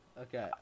Okay